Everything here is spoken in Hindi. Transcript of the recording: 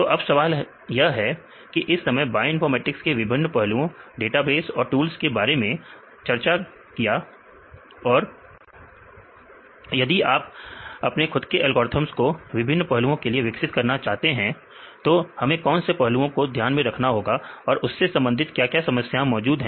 तो अब सवाल है इस समय बायइनफॉर्मेटिक्स के विभिन्न पहलुओं डेटाबेस और टूल्स के बारे में चर्चा कर लिया तो अब यदि आप अपने खुद के एल्गोरिथ्म को विभिन्न पहलुओं के लिए विकसित करना चाहते हैं तो हमें कौन से पहलुओं को ध्यान में रखना होगा और उससे संबंधित क्या क्या समस्याएं मौजूद हैं